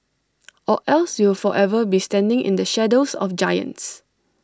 or else you will forever be standing in the shadows of giants